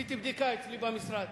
עשיתי בדיקה אצלי במשרד: